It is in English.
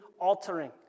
altering